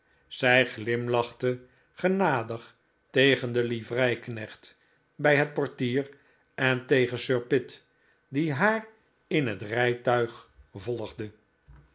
zij glimlachte genadig tegen den livreiknecht bij het portier en tegen sir pitt die haar in het rijtuig volgde